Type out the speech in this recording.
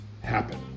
happen